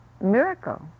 miracle